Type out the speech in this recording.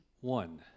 One